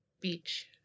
Beach